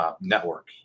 network